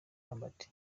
hubert